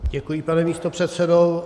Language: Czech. Děkuji, pane místopředsedo.